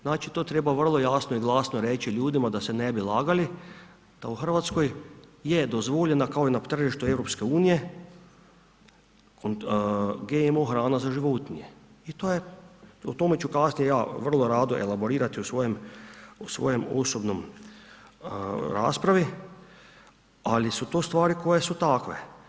Znači, to treba vrlo jasno i glasno reći ljudima, da se ne bi lagali, da u Hrvatskoj je dozvoljena, kao i na tržištu EU GMO hrana za životinje i to je, o tome ću kasnije ja vrlo rado elaborirati u svojem osobnoj raspravi, ali su to stvari koje su takve.